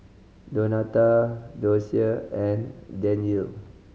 Donato Docia and Danyel